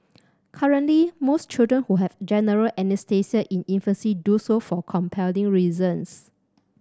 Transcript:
currently most children who have general anaesthesia in infancy do so for compelling reasons